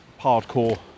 hardcore